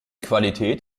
qualität